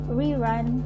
rerun